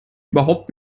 überhaupt